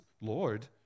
Lord